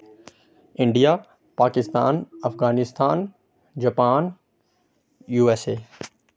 India Pakistan Afghanistan Japan USA